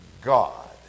God